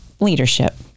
leadership